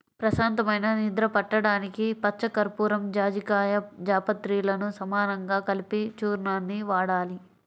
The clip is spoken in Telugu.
ప్రశాంతమైన నిద్ర పట్టడానికి పచ్చకర్పూరం, జాజికాయ, జాపత్రిలను సమానంగా కలిపిన చూర్ణాన్ని వాడాలి